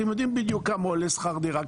אתם יודעים בדיוק מה גובה שכר הדירה,